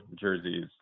jerseys